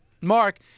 Mark